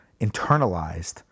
internalized